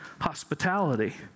hospitality